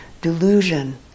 delusion